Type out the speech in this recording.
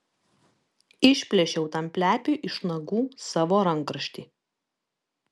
išplėšiau tam plepiui iš nagų savo rankraštį